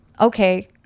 okay